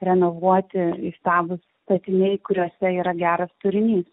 renovuoti įstabūs statiniai kuriuose yra geras turinys